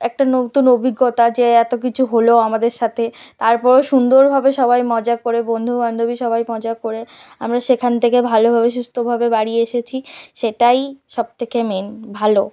একটা নতুন অভিজ্ঞতা যে এতো কিছু হলো আমাদের সাথে তারপরেও সুন্দরভাবে সবাই মজা করে বন্ধু বান্ধবী সবাই মজা করে আমরা সেখান থেকে ভালোভাবে সুস্থভাবে বাড়ি এসেছি সেটাই সব থেকে মেন ভালো